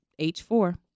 H4